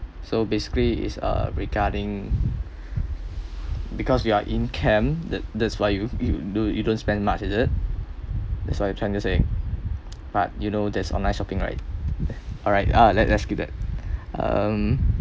so basically is uh regarding because we are in camp that that's why you you do you don't spend much is it that's what you're trying to saying but you know there's online shopping right alright alright uh let's skip that um